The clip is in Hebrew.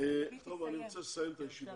אני רוצה לסיים את הישיבה.